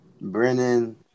Brennan